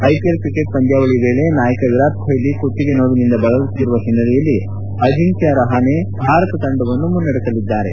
IPL cricket ಪಂದ್ಧಾವಳಿ ವೇಳೆ ನಾಯಕ ವಿರಾಟ್ ಕೊಟ್ಲಿ ಕುತ್ತಿಗೆ ನೋವಿನಿಂದ ಬಳಲುತ್ತಿರುವ ಹಿನ್ನೆಲೆಯಲ್ಲಿ ಅಜಿಂಕ್ಲಾ ರಹಾನೆ ಭಾರತ ತಂಡವನ್ನು ಮುನ್ನಡೆಸಲಿದ್ದಾರೆ